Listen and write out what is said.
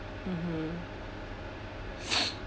mmhmm